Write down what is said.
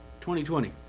2020